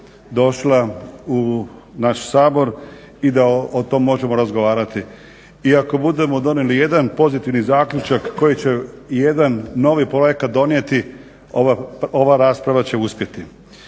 došla u naš Sabor i da o tom možemo razgovarati. I ako budemo donijeli jedan pozitivan zaključak koji će ijedan novi projekat donijeti ova rasprava će uspjeti.